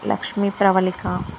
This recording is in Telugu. లక్ష్మీ ప్రవళిక